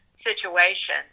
situation